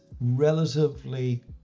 relatively